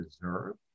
deserve